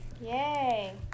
Yay